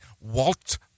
Walt